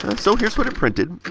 so, here's what it printed.